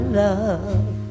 love